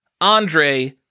Andre